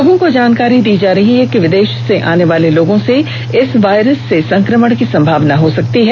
लोगों को जानकारी दी जा रही है कि विदेश से आने वाले लोगों में इस वायरस से संक्रमण की संभावना हो सकती है